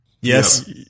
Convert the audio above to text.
Yes